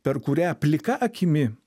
per kurią plika akimi